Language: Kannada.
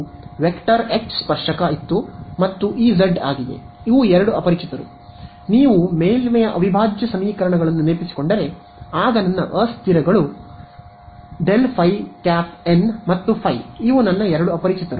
ವೆಕ್ಟರ್ ಎಚ್ ಸ್ಪರ್ಶಕ ಇತ್ತು ಮತ್ತು ಇ z ಆಗಿದೆ ಇವು ಎರಡು ಅಪರಿಚಿತರು ನೀವು ಮೇಲ್ಮೈಅವಿಭಾಜ್ಯ ಸಮೀಕರಣಗಳನ್ನು ನೆನಪಿಸಿಕೊಂಡರೆ ಆಗ ನನ್ನ ಅಸ್ಥಿರಗಳು ∇ϕ n ಮತ್ತು ϕ ಇವು ನನ್ನ ಎರಡು ಅಪರಿಚಿತರು